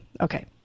okay